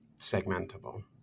segmentable